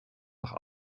nach